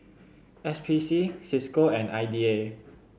S P C Cisco and I D A